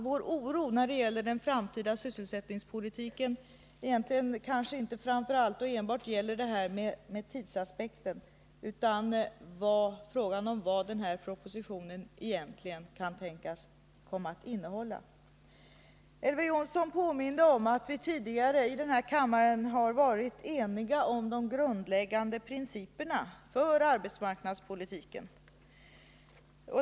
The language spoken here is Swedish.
Vår oro för den framtida sysselsättningspolitiken gäller emellertid inte enbart detta med tidsaspekten utan också vad den här propositionen kan tänkas komma att innehålla. Elver Jonsson påminde om att vi tidigare i denna kammare har varit eniga om de grundläggande principerna för arbetsmarknadspolitiken.